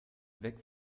weg